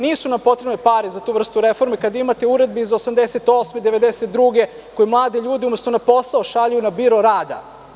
Nisu nam potrebne pare za tu vrstu reformi kada imate uredbe iz 1988. godine, iz 1992. godine koje mlade ljude umesto na posao šalju na biro rada.